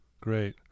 Great